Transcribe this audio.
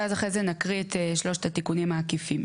ואז אחרי זה נקריא את שלושת התיקונים העקיפים.